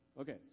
Okay